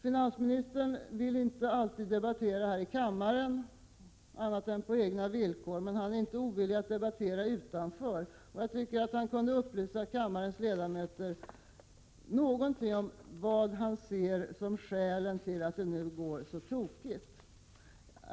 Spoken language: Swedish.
Finansministern vill inte alltid debattera i kammaren annat än på egna villkor. Men han är inte ovillig att debattera utanför kammaren. Jag tycker att han kunde upplysa kammarens ledamöter om vad han anser vara skälet till att det nu går så tokigt.